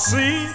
See